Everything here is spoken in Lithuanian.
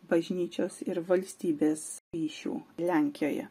bažnyčios ir valstybės ryšių lenkijoje